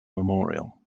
memorial